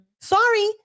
Sorry